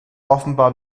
offenbar